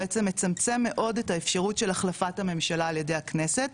בעצם מצמצם מאוד את האפשרות של החלפת הממשלה על ידי הכנסת,